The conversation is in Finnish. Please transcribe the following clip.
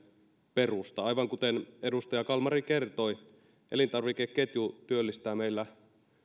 perusta aivan kuten edustaja kalmari kertoi elintarvikeketju työllistää meillä